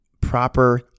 proper